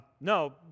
No